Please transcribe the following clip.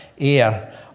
air